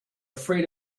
afraid